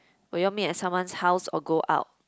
will you all meet at someone's house or go out